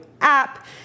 app